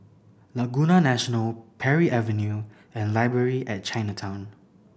Laguna National Parry Avenue and Library at Chinatown